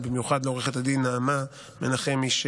ובמיוחד לעו"ד נעמה מנחמי.